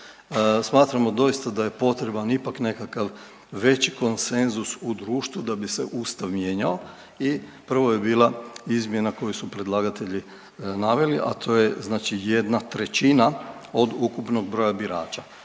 Smatramo doista da je potreban ipak nekakav veći konsenzus u društvu da bi se Ustav mijenjao i prvo je bila izmjena koju su predlagatelji naveli, a to je jedna trećina od ukupnog broja birača.